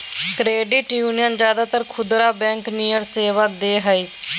credit union ज्यादातर खुदरा bank नियर सेवा दो हइ